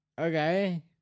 Okay